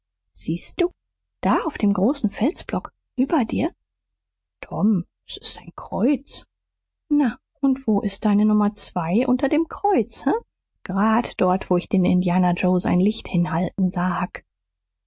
siehst du da auf dem großen felsblock über dir tom s ist ein kreuz na und wo ist deine nummer zwei unter dem kreuz he gerade dort wo ich den indianer joe sein licht hinhalten sah